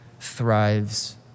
thrives